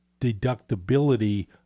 deductibility